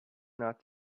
not